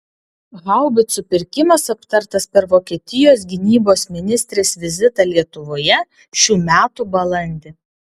haubicų pirkimas aptartas per vokietijos gynybos ministrės vizitą lietuvoje šių metų balandį